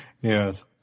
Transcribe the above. yes